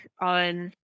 on